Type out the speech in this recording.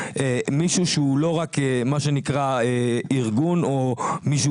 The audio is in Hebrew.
מישהו שהוא לא רק מה שנקרא ארגון או מישהו